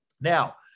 Now